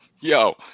yo